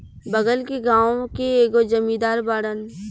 बगल के गाँव के एगो जमींदार बाड़न